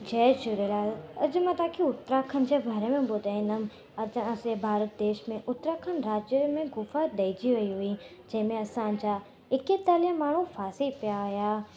जय झूलेलाल अॼु मां तव्हांखे उत्तराखंड जे बारे में ॿुधाइंदमि असांजे भारत देश में उत्तराखंड राज्य में दुफा ढहिजी वई हुई जंहिंमें असांजा एकतालीह माण्हू फासी पिया हुया